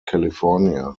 california